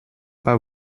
pas